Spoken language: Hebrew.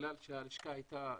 בגלל שהלשכה הייתה סגורה.